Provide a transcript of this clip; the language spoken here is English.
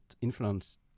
influence